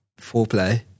foreplay